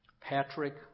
Patrick